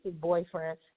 boyfriend